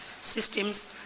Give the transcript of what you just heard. systems